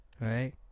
Right